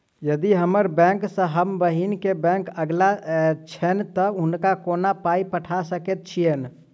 यदि हम्मर बैंक सँ हम बहिन केँ बैंक अगिला छैन तऽ हुनका कोना पाई पठा सकैत छीयैन?